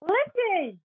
Listen